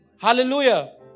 Hallelujah